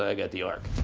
i got the ark.